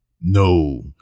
no